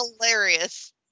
Hilarious